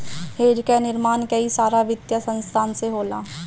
hedge कअ निर्माण कई सारा वित्तीय संसाधन से होला